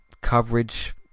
coverage